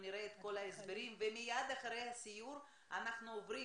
נשמע את כל ההסברים ומיד אחרי הסיור אנחנו עוברים